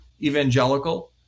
evangelical